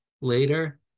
later